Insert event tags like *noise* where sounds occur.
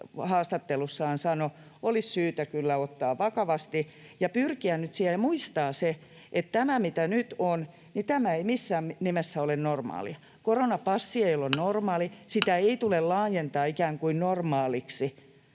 haastattelussaan sanoi, olisi syytä kyllä ottaa vakavasti ja muistaa se, että tämä, mitä nyt on, ei missään nimessä ole normaalia — koronapassi ei ole *noise* normaali, sitä ei tule laajentaa ikään kuin normaaliksi